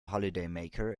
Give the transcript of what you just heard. holidaymaker